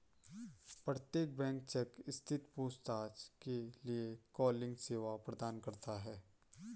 प्रत्येक bank check स्थिति पूछताछ के लिए कॉलिंग सेवा प्रदान करता हैं